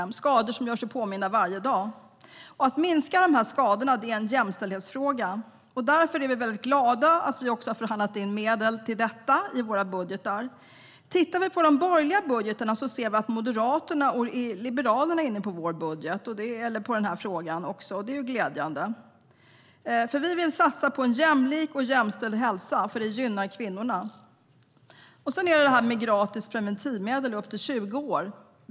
Det är skador som gör sig påminda varje dag. Att minska de här skadorna är en jämställdhetsfråga. Därför är vi väldigt glada att vi har förhandlat in medel till detta i våra budgetar. Tittar vi på de borgerliga budgetarna ser vi att även Moderaterna och Liberalerna är inne på den här frågan, vilket är glädjande. Vi vill satsa på en jämlik och jämställd hälsa, för det gynnar kvinnorna. Sedan är det detta med gratis preventivmedel upp till 20 års ålder.